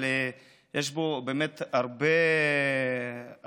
אבל יש בו באמת הרבה תובנה,